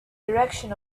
direction